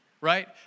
right